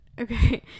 okay